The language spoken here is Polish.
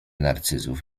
narcyzów